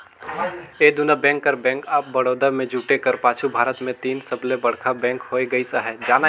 ए दुना बेंक कर bank of Baroda में जुटे कर पाछू भारत में तीसर सबले बड़खा बेंक होए गइस अहे